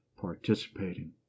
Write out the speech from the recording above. participating